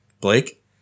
Blake